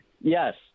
Yes